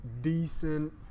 decent